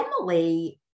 Emily